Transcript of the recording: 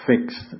fixed